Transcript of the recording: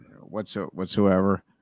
whatsoever